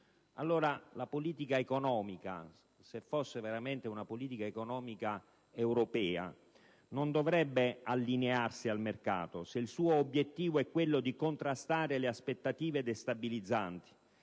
Allora la politica economica, se fosse veramente una politica economica europea, non dovrebbe allinearsi al mercato, se il suo obiettivo è quello di contrastare le aspettative destabilizzanti.